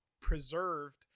preserved